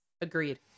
Agreed